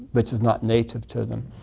which is not native to them.